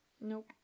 Nope